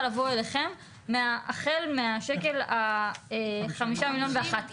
לבוא אליכם החל מהשקל ה-5 מיליון ואחת.